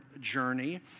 journey